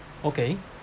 okay